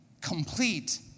complete